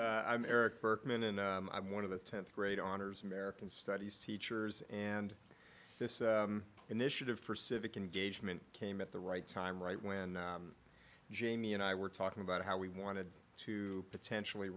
talking eric berkman and i'm one of the th grade honors american studies teachers and this initiative for civic engagement came at the right time right when jamie and i were talking about how we wanted to potentially